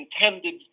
intended